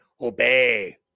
obey